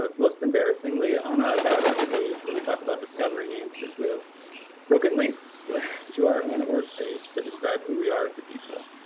ah most embarrassingly, on our about us page where we talk about discovering answers, we have broken links to our own org page to describe who we are to people.